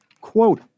Quote